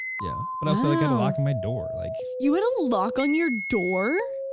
yeah, but i feel like kinda locking my door. like you had a lock on your door?